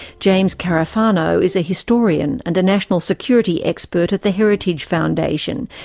james carafano is a historian and a national security expert at the heritage foundation,